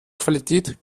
qualität